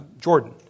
Jordan